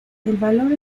valor